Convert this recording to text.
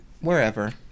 Wherever